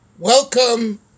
Welcome